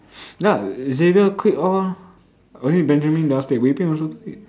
ya Xavier quit all only Benjamin they all stay Wei-Bin also quit